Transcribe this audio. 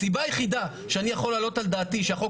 הסיבה היחידה שאני יכול להעלות על דעתי החוק